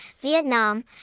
Vietnam